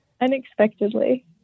Unexpectedly